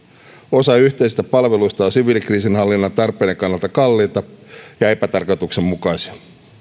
osa yhteisistä palveluista on siviilikriisinhallinnan tarpeiden kannalta kalliita ja ja epätarkoituksenmukaisia